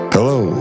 Hello